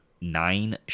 nine